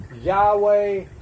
Yahweh